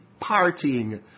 partying